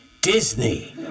Disney